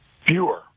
Fewer